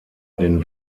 den